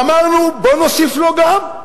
ואמרנו: בואו נוסיף לו גם.